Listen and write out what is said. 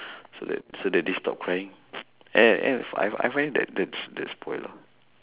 so that so that they stop crying have have I I find that that's that's spoilt lah